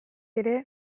ere